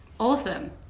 Awesome